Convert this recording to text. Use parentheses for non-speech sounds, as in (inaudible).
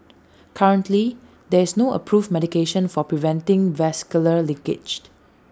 (noise) currently there is no approved medication for preventing vascular leakage